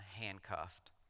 handcuffed